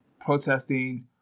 protesting